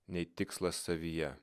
nei tikslas savyje